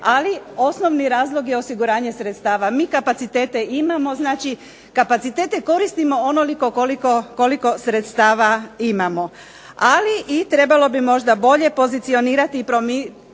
ali osnovni razlog je osiguranje sredstava. Mi kapacitete imamo, znači, kapacitete koristimo onoliko koliko sredstava imamo. Ali i trebalo bi možda bolje pozicionirati i promovirati